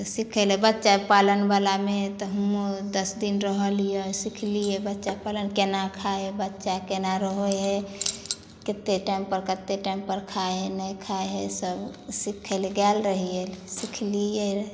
सीखै लए बच्चा पालन बलामे तऽ हुओं दस दिन रहलिए सीखलिए बच्चा पालन केना खाइ हइ बच्चा केना रहै हइ कतेक टाइम पर कतेक टाइम पर खाइ हइ नहि खाइ हइ सब सीखै लए गेल रहिए सीखलिए रऽ